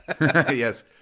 Yes